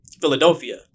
Philadelphia